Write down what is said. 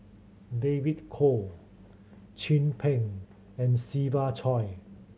David Kwo Chin Peng and Siva Choy